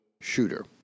shooter